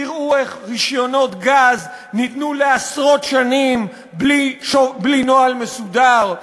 תראו איך רישיונות גז ניתנו לעשרות שנים בלי נוהל מסודר,